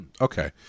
Okay